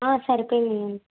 సరిపోయాయండీ